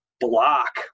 block